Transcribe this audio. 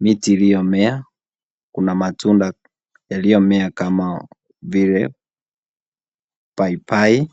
miti iliyo mea, Kuna matunda iliyo mea kama vile, paipai.